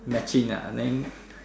matching ah then